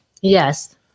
Yes